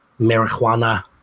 marijuana